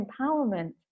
empowerment